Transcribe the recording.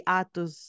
atos